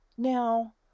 Now